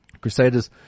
Crusaders